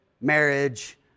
marriage